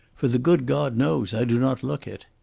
for the good god knows i do not look it.